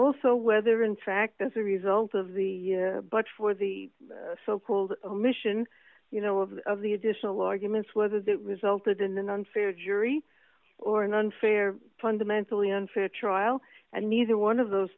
also whether in fact as a result of the but for the so called omission you know of the additional arguments whether that resulted in an unfair jury or an unfair fundamentally unfair trial and neither one of those